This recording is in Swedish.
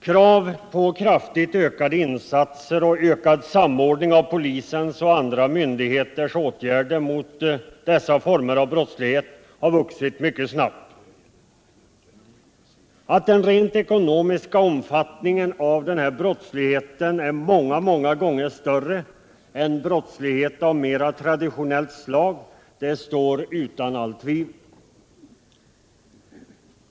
Krav på kraftigt ökade insatser och ökad samordning av polisens och andra myndigheters åtgärder mot dessa former av brottslighet har vuxit mycket snabbt. Att den rent ekonomiska omfattningen av denna brottslighet är många, många gånger större än brottslighet av mera traditionellt slag, står utan allt tvivel.